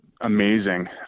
amazing